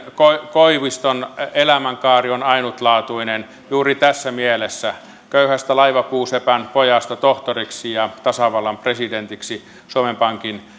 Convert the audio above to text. koiviston elämänkaari on ainutlaatuinen juuri tässä mielessä köyhästä laivapuusepän pojasta tohtoriksi ja tasavallan presidentiksi suomen pankin